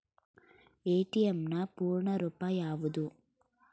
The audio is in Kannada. ಎ.ಟಿ.ಎಂ ನ ಪೂರ್ಣ ರೂಪ ಯಾವುದು?